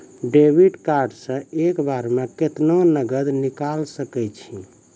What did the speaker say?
Debit card से एक बार मे केतना नगद निकाल सके छी?